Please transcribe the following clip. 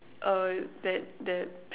oh that that